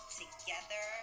together